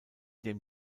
dem